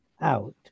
out